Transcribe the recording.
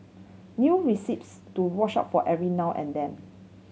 new recipes to watch out for every now and then